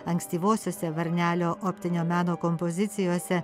ankstyvosiose varnelio optinio meno kompozicijose